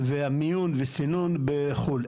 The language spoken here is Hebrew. והמיון והסינון בחו"ל.